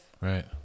Right